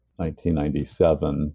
1997